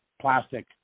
plastic